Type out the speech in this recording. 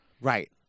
Right